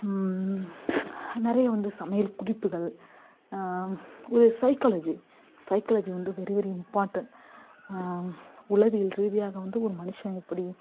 நிறைய வந்து சமையல் குறிப்புகள் ஒரு சைக்காலஜி சைக்காலஜி வந்து வெரி வெரி இம்பார்டெண் உளவியல் ரீதியாக வந்து ஒரு மனுஷன் எப்படி